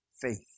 Faith